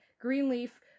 Greenleaf